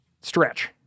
stretch